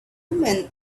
men